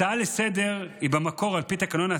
הצעה לסדר-היום היא במקור ועל פי התקנון,